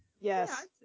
yes